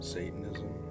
Satanism